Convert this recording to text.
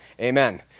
amen